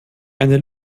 eine